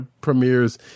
premieres